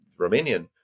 Romanian